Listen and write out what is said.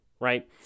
right